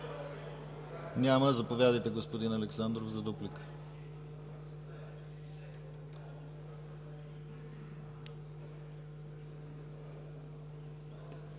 Заповядайте господин Александров, за дуплика.